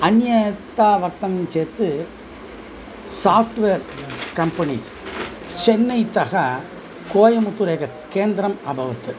अन्यथा वक्तं चेत् साफ़्ट्वेर् कम्पणीस् चेन्नैतः कोयमुत्तूरकेन्द्रम् अभवत्